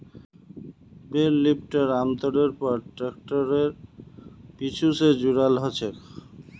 बेल lifter आमतौरेर पर ट्रैक्टरेर पीछू स जुराल ह छेक